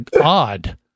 odd